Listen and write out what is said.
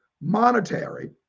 monetary